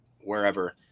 wherever